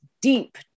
deep